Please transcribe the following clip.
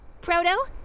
Proto